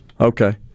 Okay